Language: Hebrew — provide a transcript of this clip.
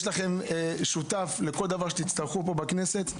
יש לכם שותף לכל דבר שתצטרכו פה בכנסת,